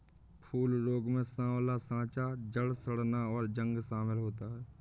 फूल रोग में साँवला साँचा, जड़ सड़ना, और जंग शमिल होता है